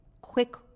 quick